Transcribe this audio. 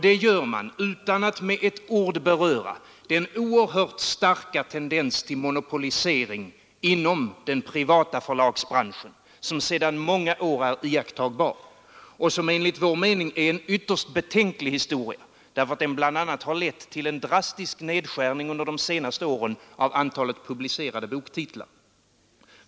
Det gör man utan att med ett ord beröra den oerhört starka tendens till monopolisering inom den privata förlagsbranschen som sedan många år är iakttagbar och som enligt vår mening är en ytterst betänklig'historia därför att den bl.a. har lett till en drastisk nedskärning under de senaste åren av antalet publicerade boktitlar.